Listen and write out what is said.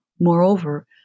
Moreover